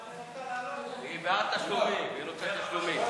היא בעד תשלומים, היא רוצה תשלומים.